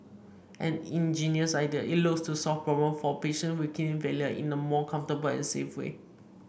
an ingenious idea it looks to solve problem for patients with kidney failure in a more comfortable and safe way